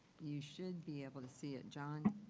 you should be able to see it, john.